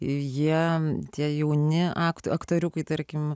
jie tie jauni aktu aktoriukai tarkim